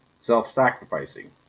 self-sacrificing